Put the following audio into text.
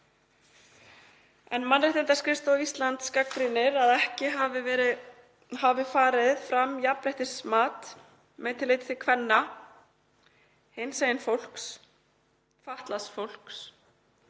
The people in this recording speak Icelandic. En Mannréttindaskrifstofa Íslands gagnrýnir að ekki hafi farið fram jafnréttismat með tilliti til kvenna, hinsegin fólks, fatlaðs fólks,